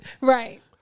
Right